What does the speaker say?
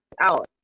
out